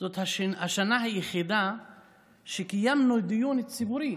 זו השנה היחידה שקיימנו דיון ציבורי